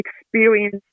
experience